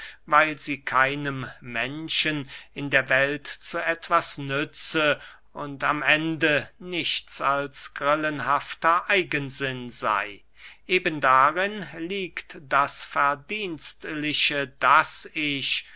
weil sie keinem menschen in der welt zu etwas nütze und am ende nichts als grillenhafter eigensinn sey eben darin liegt das verdienstliche daß ich